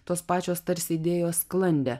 tos pačios tarsi idėjos sklandė